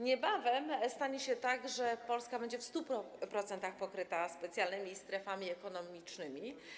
Niebawem stanie się tak, że Polska będzie w 100% pokryta specjalnymi strefami ekonomicznymi.